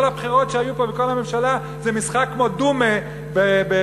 כל הבחירות שהיו פה וכל הממשלה זה משחק כמו הדוּמא בברית-המועצות,